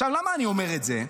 עכשיו, למה אני אומר את זה?